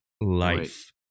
life